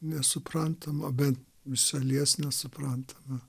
nesuprantama bet iš šalies nesuprantama